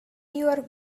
your